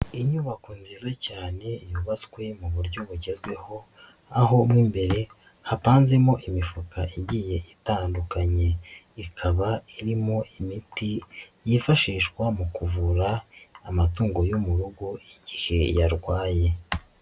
Inyubako nziza cyane yubatswe mu buryo bugezweho, aho mo imbere hapanzemo imifuka igiye itandukanye, ikaba irimo imiti yifashishwa mu kuvura amatungo yo mu rugo igihe yarwaye.